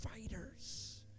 fighters